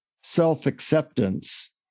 self-acceptance